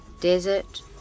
desert